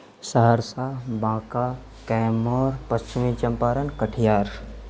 Saharsa Banka Kaimur Pashchimi Champaran Katihar